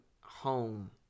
home